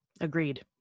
Agreed